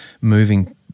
moving